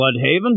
Bloodhaven